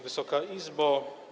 Wysoka Izbo!